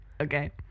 Okay